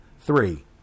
Three